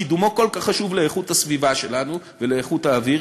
קידומו כל כך חשוב לאיכות הסביבה שלנו ולאיכות האוויר.